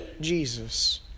Jesus